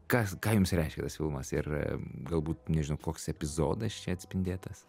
kas ką jums reiškia tas filmas ir galbūt nežinau koks epizodas čia atspindėtas